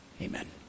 Amen